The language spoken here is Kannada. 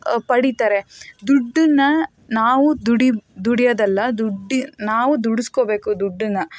ಪಡಿತಾರೆ ದುಡ್ಡನ್ನು ನಾವು ದುಡಿ ದುಡಿಯೋದಲ್ಲ ದುಡ್ಡಿ ನಾವು ದುಡಿಸ್ಕೋಬೇಕು ದುಡ್ಡನ್ನು